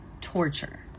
torture